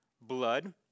blood